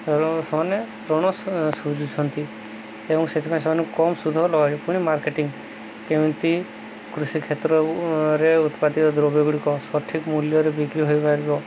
ସେମାନେ ଋଣ ସୁଝୁଛନ୍ତି ଏବଂ ସେଥିପାଇଁ ସେମାନେ କମ୍ ସୁଧ ପୁଣି ମାର୍କେଟିଂ କେମିତି କୃଷି କ୍ଷେତ୍ରରେ ଉତ୍ପାଦିତ ଦ୍ରବ୍ୟ ଗୁଡ଼ିକ ସଠିକ ମୂଲ୍ୟରେ ବିକ୍ରି ହୋଇପାରିବ